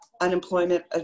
unemployment